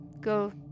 go